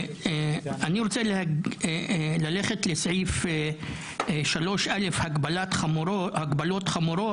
אני רוצה להפנות לסעיף בחוק שמדבר על הגבלות חמורות.